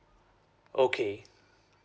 okay